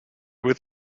with